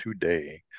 today